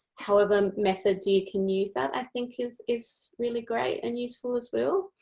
however methods you can use that, i think is is really great and useful as well.